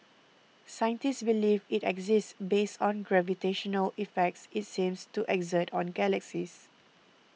scientists believe it exists based on gravitational effects it seems to exert on galaxies